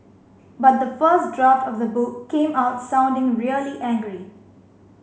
but the first draft of the book came out sounding really angry